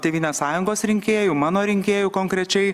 tėvynės sąjungos rinkėjų mano rinkėjų konkrečiai